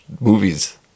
movies